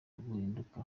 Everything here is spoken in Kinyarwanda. guhinduka